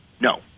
no